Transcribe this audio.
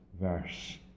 verse